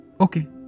Okay